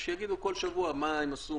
ושיגידו כל שבוע מה הם עשו,